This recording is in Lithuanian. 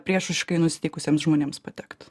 priešiškai nusiteikusiem žmonėms patekt